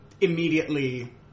immediately